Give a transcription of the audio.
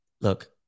look